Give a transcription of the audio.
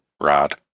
Rod